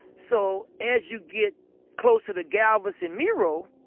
so as you get closer to galvez and miro,